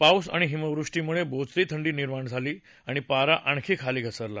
पाऊस आणि हिमवृष्टीमुळे बोचरी थंडी निर्माण झाली आणि पारा आणखी खाली घसरला